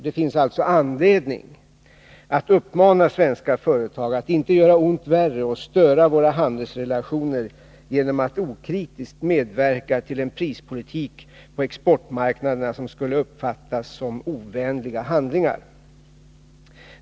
Det finns alltså anledning att uppmana svenska företag att inte göra ont värre och störa våra handelsrelationer genom att okritiskt medverka till en prispolitik på exportmarknaderna som skulle uppfattas som ovänliga handlingar.